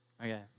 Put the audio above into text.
Okay